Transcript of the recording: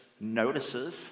notices